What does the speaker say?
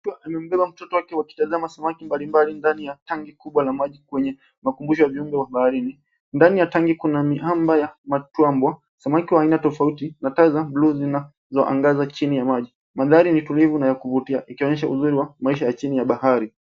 Mtu akiwa amembeba mtoto wakiwatazama samaki mbalimbali ndani ya tangi kubwa la maji kwenye makumbusho ya vyombo vya baharini. Ndani ya tanki kuna miamba ya matuambwa. Samaki wa aina tofauti na taa za buluu zinazoangaza chini ya maji. Mandhari ni tulivu na ya kuvutia ikionyesha uzuri wa maisha ya chini ya bahari.